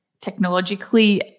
technologically